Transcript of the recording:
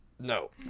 No